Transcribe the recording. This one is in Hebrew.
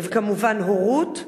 וכמובן הורות.